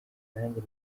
nanjye